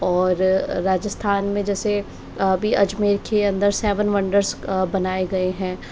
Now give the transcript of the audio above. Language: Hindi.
और राजस्थान में जैसे अभी अजमेर के अंदर सेवन वंडर्स बनाए गए हैं